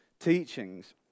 teachings